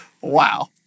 wow